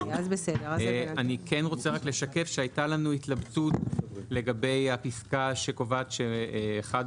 אני רוצה לשקף שהייתה לנו התלבטות לגבי הפסקה שקובעת שאחד